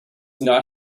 not